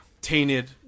Tainted